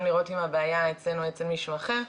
לבדוק אם הבעיה היא אצלנו או אצל מישהו אחר.